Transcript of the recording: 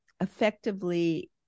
effectively